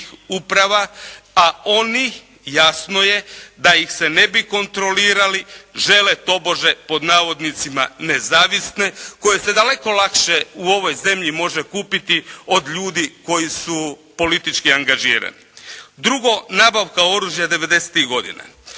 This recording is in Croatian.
a oni jasno je da ih se ne bi kontrolirali žele tobože, pod navodnicima, nezavisne koje se daleko lakše u ovoj zemlji može kupiti od ljudi koji su politički angažirani. Drugo, nabavka oružja devedesetih